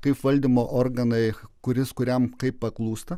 kaip valdymo organai kuris kuriam kaip paklūsta